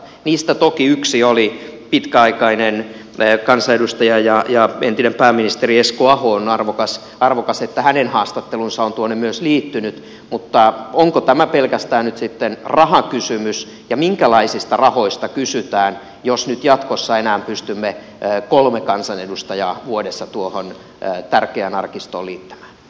niistä toki yhdessä haastateltiin pitkäaikaista kansanedustajaa ja entistä pääministeriä esko ahoa on arvokasta että hänen haastattelunsa on tuonne myös liittynyt mutta onko tämä pelkästään nyt sitten rahakysymys ja minkälaisia rahoja kysytään jos nyt jatkossa enää pystymme kolme kansanedustajaa vuodessa tuohon tärkeään arkistoon liittämään